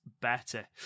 better